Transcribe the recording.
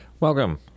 Welcome